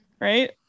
right